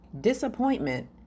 disappointment